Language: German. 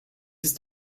ist